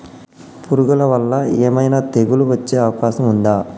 పురుగుల వల్ల ఏమైనా తెగులు వచ్చే అవకాశం ఉందా?